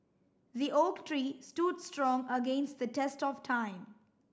the oak tree stood strong against the test of time